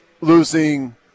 losing